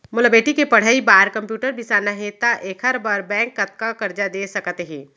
मोला बेटी के पढ़ई बार कम्प्यूटर बिसाना हे त का एखर बर बैंक कतका करजा दे सकत हे?